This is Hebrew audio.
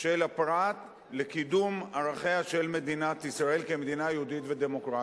של הפרט לקידום ערכיה של מדינת ישראל כמדינה יהודית ודמוקרטית.